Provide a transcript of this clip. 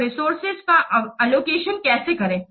तो रिसोर्सेज का अलोकेशन कैसे करें